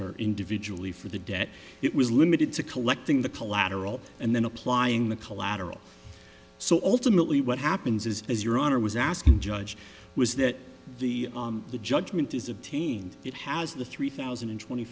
her individually for the debt it was limited to collecting the collateral and then applying the collateral so ultimately what happens is as your honor was asking judge was that the judgment is obtained it has the three thousand and twenty